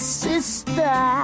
sister